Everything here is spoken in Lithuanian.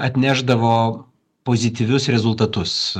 atnešdavo pozityvius rezultatus